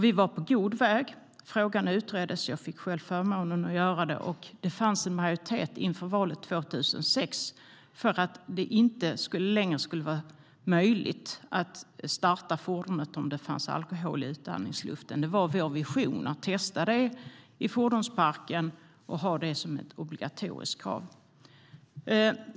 Vi var på god väg. Frågan utreddes - jag fick själv förmånen att göra det - och det fanns en majoritet inför valet 2006 för att det inte längre skulle vara möjligt att starta ett fordon om det fanns alkohol i utandningsluften. Det var vår vision att testa detta i fordonsparken och införa det som ett obligatoriskt krav.